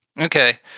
Okay